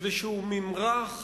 איזה ממרח